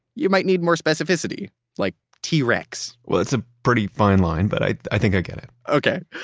you might need more specificity like t-rex well, it's a pretty fine line, but i i think i get it okay.